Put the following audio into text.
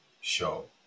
Show